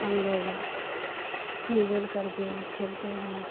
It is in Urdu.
ہم لوگ مل جل کر گیم کھیلتے ہیں